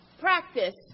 practice